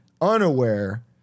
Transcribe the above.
unaware